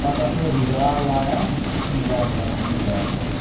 پَتہٕ ہَسا ٲسۍ یہِ زال لایان ٲسۍ یِم گاڈٕ رَٹان أسۍ زالَو سۭتۍ